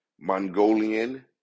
Mongolian